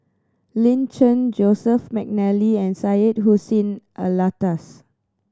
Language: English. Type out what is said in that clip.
Lin Chen Joseph McNally and Syed Hussein Alatas